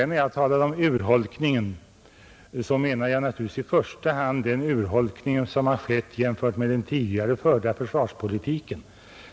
När jag talade om urholkningen menade jag naturligtvis i första hand den urholkning som har skett jämfört med den tidigare förda försvarspolitiken.